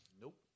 Nope